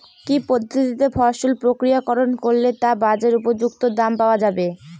কি পদ্ধতিতে ফসল প্রক্রিয়াকরণ করলে তা বাজার উপযুক্ত দাম পাওয়া যাবে?